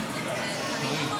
קארין.